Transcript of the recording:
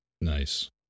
Nice